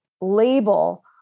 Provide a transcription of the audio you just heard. label